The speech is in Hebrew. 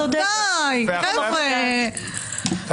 די, חבר'ה, באמת.